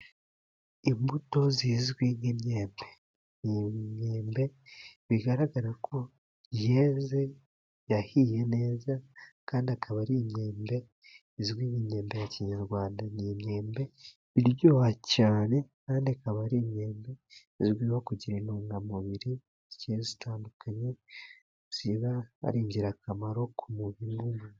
Imbuto zizwi nk'imyembe. Imyembe bigaragara ko yeze yahiye neza, kandi ikaba ari imyembe izwi nk'imyembe ya kinyarwanda. Ni imyembe iryoha cyane, kandi ikaba ari imyembe izwiho kugira intungamubiri zitandukanye, ziba ari ingirakamaro ku mubiri w'umuntu.